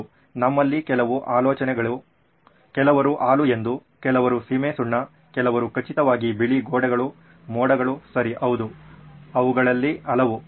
ಹೌದು ನಿಮ್ಮಲಿ ಕೆಲವು ಆಲೋಚನೆಗಳು ಕೆಲವರು ಹಾಲು ಎಂದು ಕೆಲವರು ಸೀಮೆಸುಣ್ಣ ಕೆಲವರು ಖಚಿತವಾಗಿ ಬಿಳಿ ಗೋಡೆಗಳು ಮೋಡಗಳು ಸರಿ ಹೌದು ಅವುಗಳಲ್ಲಿ ಹಲವು